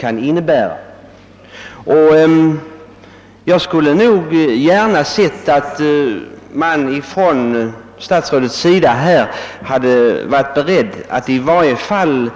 Jag hade nog gärna sett att herr statsrådet varit beredd att åtminstone